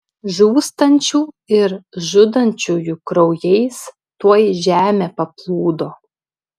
žūstančių ir žudančiųjų kraujais tuoj žemė paplūdo